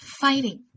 fighting